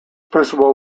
principle